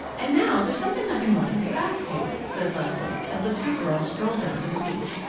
and now, there's something i've been wanting to ask you, said leslie, as the two girls strolled down to the beach.